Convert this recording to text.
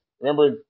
Remember